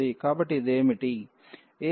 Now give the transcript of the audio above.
కాబట్టి ఇది ఏమిటి